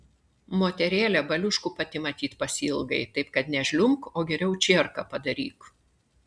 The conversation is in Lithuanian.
moterėle baliuškų pati matyt pasiilgai taip kad nežliumbk o geriau čierką padaryk